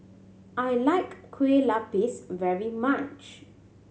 I like Kueh Lupis very much